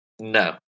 No